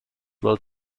will